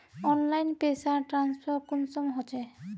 Online पैसा transfer कुंसम होचे?